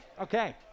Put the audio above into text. Okay